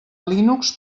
linux